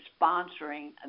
sponsoring